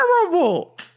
terrible